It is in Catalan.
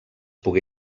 pogué